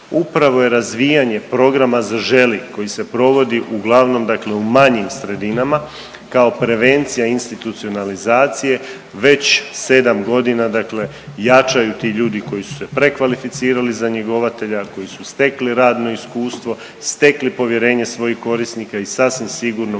upravo je razvijanje programa Zaželi koji se provodi uglavnom dakle u manjim sredinama, kao prevencija institucionalizacije, već 7 godina dakle jačaju ti ljudi koji su se prekvalificirali za njegovatelja, koji su stekli radno iskustvo, stekli povjerenje svojih korisnika i sasvim sigurno